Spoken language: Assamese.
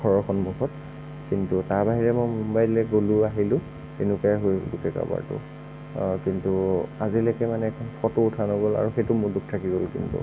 ঘৰৰ সন্মুখত কিন্তু তাৰ বাহিৰে মই মুম্বাইলৈ গ'লো আহিলো তেনেকুৱাই হ'ল গোটেই কাৰবাৰটো কিন্তু আজিলৈকে মানে এখন ফটো উঠা নগ'ল আৰু সেইটো মোৰ দুখ থাকি গ'ল কিন্তু